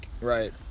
Right